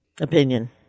Opinion